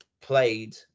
played